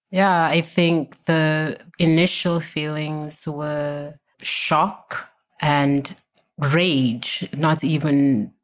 yeah, think the initial feelings were shock and rage, not even